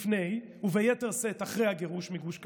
לפני וביתר שאת אחרי הגירוש מגוש קטיף,